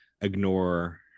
ignore